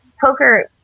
Poker